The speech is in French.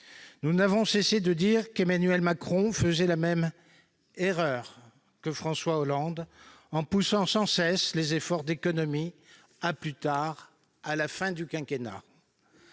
Nous n'avons cessé de dire qu'Emmanuel Macron faisait la même erreur que François Hollande en repoussant sans cesse les efforts d'économies à plus tard, en fin de quinquennat.